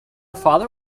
father